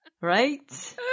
Right